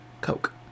coke